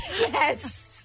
Yes